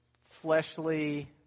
fleshly